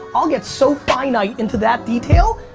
i'll get so finite into that detail,